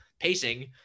pacing